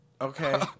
okay